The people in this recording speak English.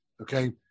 Okay